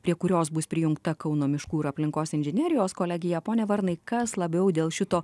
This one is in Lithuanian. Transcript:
prie kurios bus prijungta kauno miškų ir aplinkos inžinerijos kolegija pone varnai kas labiau dėl šito